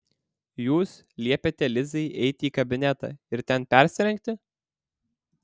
jūs liepėte lizai eiti į kabinetą ir ten persirengti